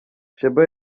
sheebah